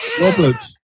Robert